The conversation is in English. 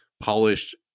polished